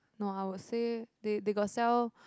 no I would say they they got sell